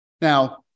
Now